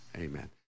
amen